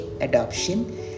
adoption